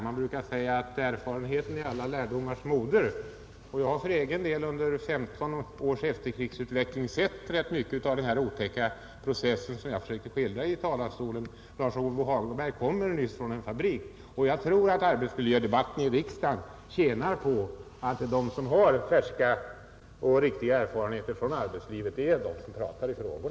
Man brukar säga att erfarenheten är alla lärdomars moder. Jag har för min del under femton års efterkrigsutveckling sett rätt mycket av den otäcka process som jag försökte skildra i talarstolen. Lars-Ove Hagberg kommer nyss från en fabrik, och jag tror att arbetsmiljödebatten i riksdagen tjänar på att de som har färska och riktiga erfarenheter från arbetslivet pratar i dessa frågor.